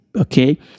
okay